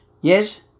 yes